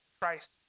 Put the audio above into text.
Christ